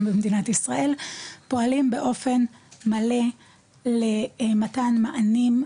במדינת ישראל פועלים באופן מלא למתן מענים,